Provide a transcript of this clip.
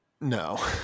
no